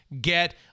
get